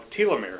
telomeres